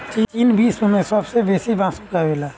चीन विश्व में सबसे बेसी बांस उगावेला